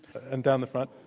and down the front?